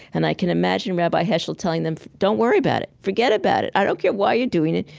and i can imagine rabbi heschel telling them, don't worry about it, forget about it. i don't care why you're doing it.